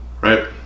right